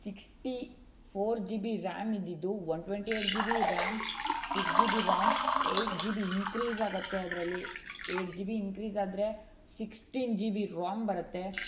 sixty four GB RAM ಇದ್ದಿದ್ದು one twenty eight GB RAM six GB ROM eight GB increase ಆಗುತ್ತೆ ಅದರಲ್ಲಿ eight GB increase ಆದರೆ sixteen G B ROM ಬರುತ್ತೆ